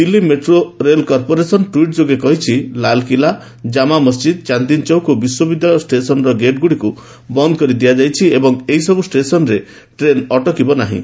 Delhi metro rail corporation ଟ୍ସିଟ୍ ଯୋଗେ କହିଛି ଲାଲକିଲ୍ଲା ଜାମା ମସ୍ଜିଦ୍ ଚାନ୍ଦିନୀଚୌକ ଓ ବିଶ୍ୱ ବିଦ୍ୟାଳୟ ଷ୍ଟେସନର ଗେଟ୍ଗୁଡ଼ିକୁ ବନ୍ଦ କରିଦିଆଯାଇଛି ଏବଂ ଏହିସବୁ ଷ୍ଟେସନରେ ଟେନ୍ ଅଟକିବ ନାହିଁ